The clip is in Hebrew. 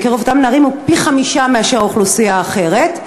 בקרב אותם נערים היא פי-חמישה מאשר באוכלוסייה אחרת.